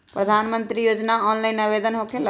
प्रधानमंत्री योजना ऑनलाइन आवेदन होकेला?